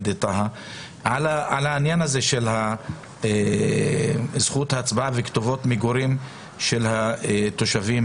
טאהא על העניין של זכות ההצבעה וכתובות מגורים של התושבים